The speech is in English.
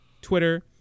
Twitter